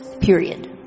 Period